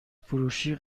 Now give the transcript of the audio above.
فروشی